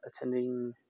attending